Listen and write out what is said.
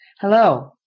Hello